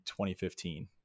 2015